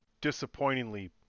disappointingly